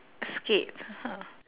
skate